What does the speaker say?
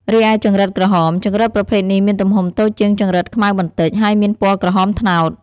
រីឯចង្រិតក្រហម ចង្រិតប្រភេទនេះមានទំហំតូចជាងចង្រិតខ្មៅបន្តិច ហើយមានពណ៌ក្រហមត្នោត។